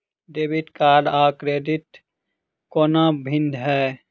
Debit card आ credit कोना भिन्न है?